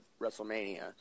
WrestleMania